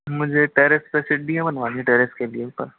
मुझे टेरेस पे सीढ़ियाँ बनवानी है टेरेस के लिए ऊपर